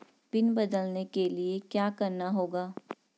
Pin बदलने के लिए क्या करना होगा?